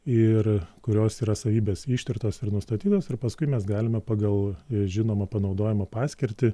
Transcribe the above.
ir kurios yra savybės ištirtos ir nustatytos ir paskui mes galime pagal žinomą panaudojimo paskirtį